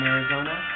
Arizona